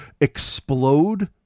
explode